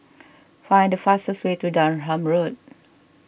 find the fastest way to Durham Road